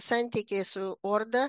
santykiai su orda